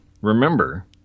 remember